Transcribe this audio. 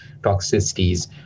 toxicities